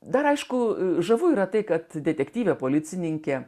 dar aišku žavu yra tai kad detektyvė policininkė